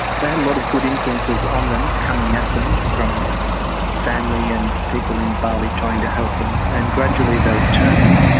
they had a lot of good influences um coming at them from family and people in bali trying to help them, and gradually they turned.